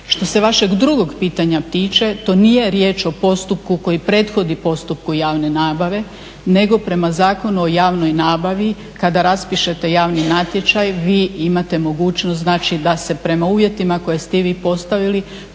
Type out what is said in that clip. Što se vašeg drugog pitanja tiče, to nije riječ o postupku koji prethodi postupku javne nabave, nego prema Zakonu o javnoj nabavi, kada raspišete javni natječaj vi imate mogućnost, znači da se prema uvjetima koje ste vi postavili